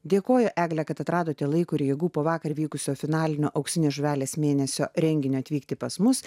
dėkoju egle kad atradote laiko ir jėgų po vakar vykusio finalinio auksinės žuvelės mėnesio renginio atvykti pas mus